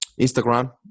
Instagram